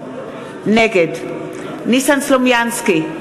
נגד ניסן סלומינסקי,